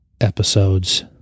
episodes